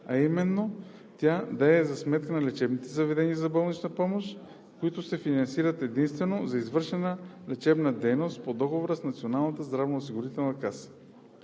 а именно тя да е за сметка на лечебните заведения за болнична помощ, които се финансират единствено за извършена лечебна дейност по договор с Националната здравноосигурителна каса.